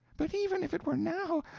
but even if it were now,